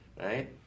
Right